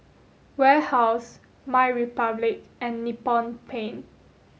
Warehouse MyRepublic and Nippon Paint